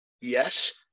Yes